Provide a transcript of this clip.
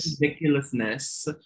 ridiculousness